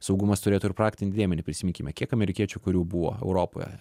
saugumas turėtų ir praktinį dėmenį prisiminkime kiek amerikiečių kurių buvo europoje